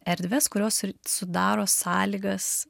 erdves kurios ir sudaro sąlygas